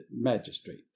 magistrate